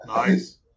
Nice